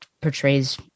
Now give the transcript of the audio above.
portrays